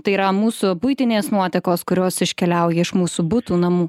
tai yra mūsų buitinės nuotekos kurios iškeliauja iš mūsų butų namų